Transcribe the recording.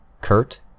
Kurt